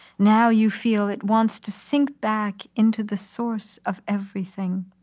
now you feel it wants to sink back into the source of everything.